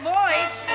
voice